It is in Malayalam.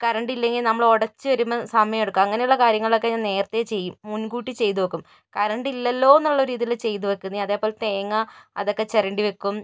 കരണ്ടില്ലെങ്കില് നമ്മള് ഉടച്ചു വരുമ്പോൾ സമയം എടുക്കും അങ്ങനെയുള്ള കാര്യങ്ങളൊക്കെ ഞാന് നേരത്തെ ചെയ്യും മുന്കൂട്ടി ചെയ്തുവയ്ക്കും കരണ്ടില്ലല്ലോ എന്നുള്ള ഒരിതിൽ ചെയ്തു വയ്ക്കുന്നതാ അതുപോലെ തേങ്ങ അതൊക്കെ ചിരണ്ടി വയ്ക്കും